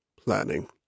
planning